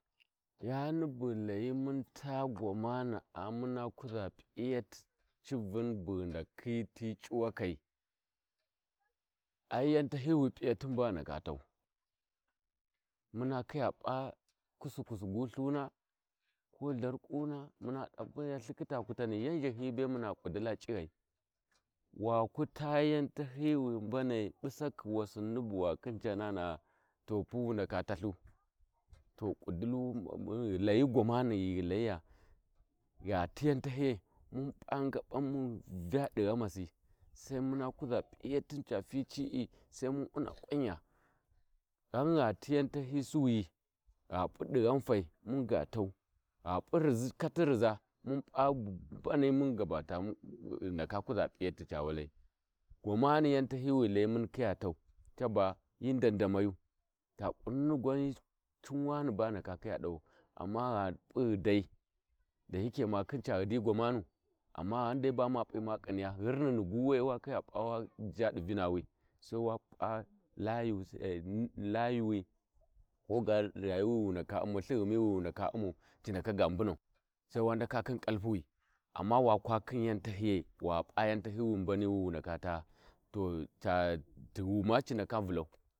Yani bughu layi mun taa gwamana mua Kuza p’yati civuu bughu ndakhi ti c’uwa kai ai yan tahiyi wi p’yatin ba ghu ndaka tau, muna kiya p’a kuskusi gu lthuna ko Itharkuna mu mun thikita kutani yan Zhaliyi be muna ƙudila c’ighai, waku taa yau tahiyi wi mbanai ɓusakhi wasinai bu Wakhinnala to pu wu ndaka tathu, to kudili ghi layi qwamana ghighu layiya gha ti yau tahiyi mun p’a ngaban mun Vya di ghama si sau mu Kuza piyatin ca faci’I sai mun wuna kwanya ghn gha ti Suwi, gha p’u dighan fai muna ga tau gha p’u riza Kat riza mun p’a bu mbani mun gaba tau mun mmm mun gaba tau mun kuza p’iyati ca walai gwamana yau tahiyi wi ghi layi mun kiya tau caba hi ndandamayu ta ƙuringwan cunwani ba ghi ndaka kiya dawan amma gha pu ghudai dashiki mahi khin ca ghudi gwamanu amma ghanda bama p’I ma k’hiniya ghurmina gu we wa khiya p’a wa ja di vinawi sai wa p’a laya ai Sai wa p’a layuwi ko ga sai wa p’a layu ai wi Koga rayu wi wiwu ndaka umau ci ndaka ga mbun au sai wa ndaka khin ƙapuwi amma wa kwa, khi yau tahiyai wa p’a yau tahiyi mbani wi wu ndaka taa to ca tighu ma ci ndaka valau.